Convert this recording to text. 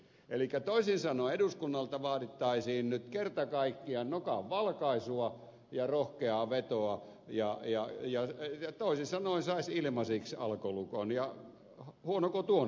elikkä toisin sanoen eduskunnalta vaadittaisiin nyt kerta kaikkiaan nokan valkaisua ja rohkeaa vetoa toisin sanoen saisi ilmaiseksi alkolukon ja huonoko tuo nyt olisi